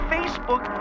Facebook